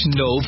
no